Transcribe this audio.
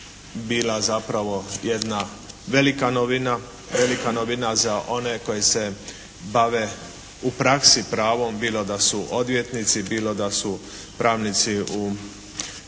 bila zapravo jedna velika novina, velika novina za one koji se bave u praksi pravom bilo da su odvjetnici, bilo da su pravnici u